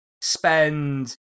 spend